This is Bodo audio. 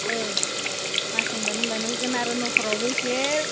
औ मास जोबब्लानो जोबब्लानो होगोन आरो न'खरावबो एसे